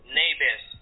neighbors